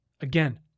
Again